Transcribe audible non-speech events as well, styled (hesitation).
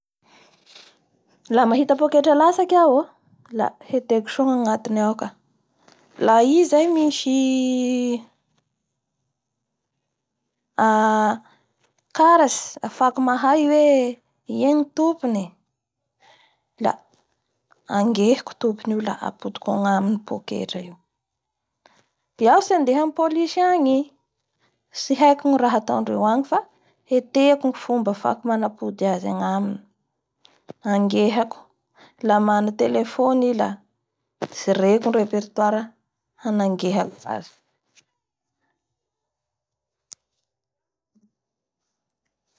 Lamahitapoketra latsaky iaho oola henteko soa ny anatiny ao la i zay misy (hesitation) karatsy afahako mahay hoe ia ny tompony la angehiko tompony io la apodiko agnaminy ny poketrany. Iaho tsy handeha amin'ny police angny tsy haiko ny raha ataondreo agny fa heteko ny fomba afahako manapody azy aminy angehako la mana telephony i la jereko ny repertoirany hanagehako azy.